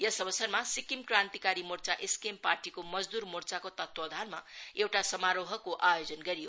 यस अवसरमा सिक्किम क्रान्तिकारी मोर्चा एसकेएम पार्टीको मजदुर मोर्चाको तत्वधानमा एउटा समारोहको आयोजना गरियो